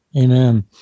Amen